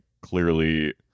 clearly